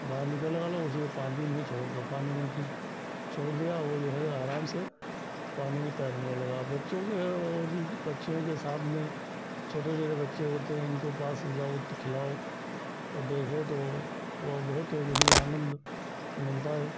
बाहर मत निकालो उसको पानी में छोड़ दो पानी में फिर छोड़ दिया वह जो है आराम से पानी में तैरने लगा बच्चों के और जैसे पक्षियों के साथ में छोटे छोटे बच्चे होते हैं इनके पास जाओ तो खेलाओ और देखो तो वह बहुत वही आनन्द मिलता है